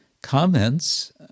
comments